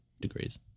degrees